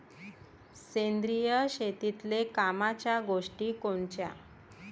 सेंद्रिय शेतीतले कामाच्या गोष्टी कोनच्या?